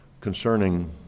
concerning